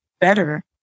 better